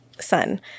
son